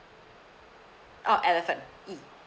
oh elephant E